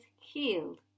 healed